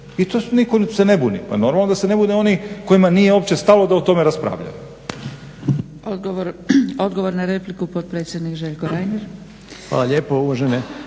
I to se nitko ne buni. Pa normalno da se ne bune oni kojima nije uopće stalo da o tome raspravljaju.